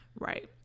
right